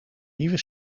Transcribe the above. nieuwe